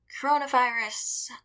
coronavirus